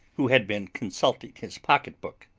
who had been consulting his pocket-book.